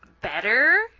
better